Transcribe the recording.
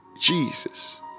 Jesus